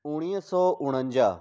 उणिवीह सौ उणवंजाहु